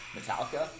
Metallica